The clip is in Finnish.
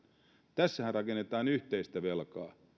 tässähän rakennetaan yhteistä velkaa